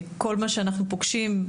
וכל מה שאנחנו פוגשים,